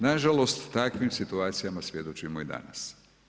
Nažalost, takvim situacijama svjedočimo i danas.